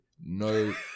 No